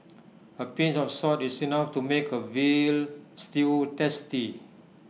A pinch of salt is enough to make A Veal Stew tasty